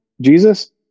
Jesus